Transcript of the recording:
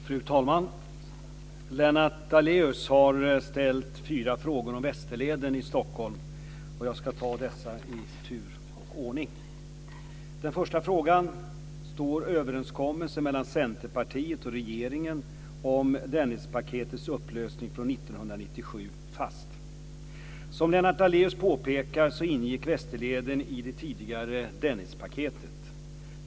Fru talman! Lennart Daléus har ställt fyra frågor om Västerleden i Stockholm. Jag ska besvara dessa i tur och ordning. Som Lennart Daléus påpekar ingick Västerleden i det tidigare Dennispaketet.